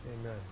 Amen